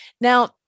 Now